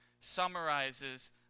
summarizes